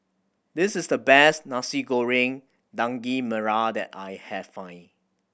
this is the best Nasi Goreng Daging Merah that I have find